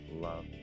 love